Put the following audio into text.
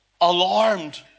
alarmed